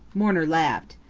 mourner laughed.